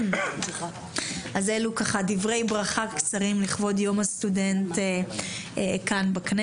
אלו דברי ברכה קצרים לכבוד יום הסטודנט בכנסת.